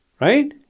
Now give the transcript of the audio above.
right